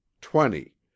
twenty